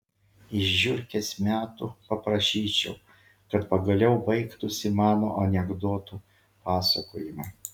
iš žiurkės metų paprašyčiau kad pagaliau baigtųsi mano anekdotų pasakojimai